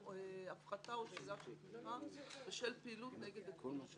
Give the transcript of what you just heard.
הפחתה או שלילה של תמיכה בשל פעילות נגד עקרונות המדינה.